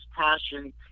passion